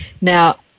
Now